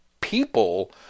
people